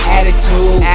Attitude